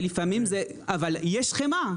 ולפעמים זה, אבל יש חמאה.